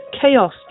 chaos